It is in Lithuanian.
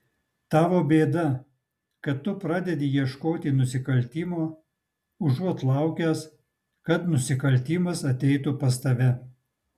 tavo bėda kad tu pradedi ieškoti nusikaltimo užuot laukęs kad nusikaltimas ateitų pas tave